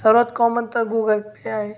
सर्वात कॉमन तर Google Pay आहे